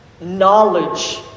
knowledge